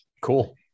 Cool